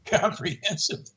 comprehensive